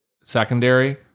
secondary